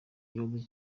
ibibazo